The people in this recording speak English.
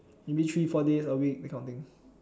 maybe three four days a week that kind of thing